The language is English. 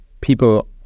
people